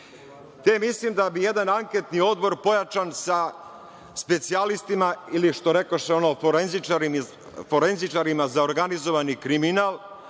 te mislim da bi jedan anketni odbor pojačan sa specijalistima ili, što rekoše, forenzičarima za organizovani kriminal,